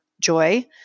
joy